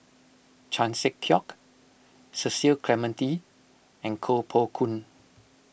Chan Sek Keong Cecil Clementi and Koh Poh Koon